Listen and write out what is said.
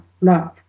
love